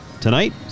tonight